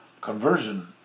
conversion